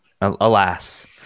Alas